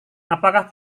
apakah